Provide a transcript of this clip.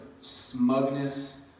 smugness